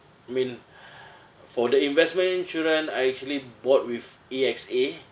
mean for the investment insurance I actually bought with A_X_A